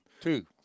Two